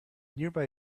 nearby